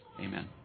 Amen